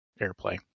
airplay